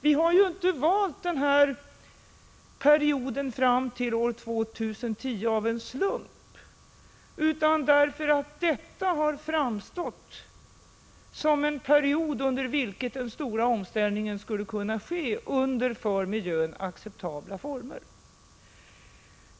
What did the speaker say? Vi har ju inte valt den här perioden fram till år 2010 av en slump utan därför att den har framstått som en period under vilken den stora omställningen skulle kunna ske under för miljön acceptabla former.